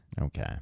Okay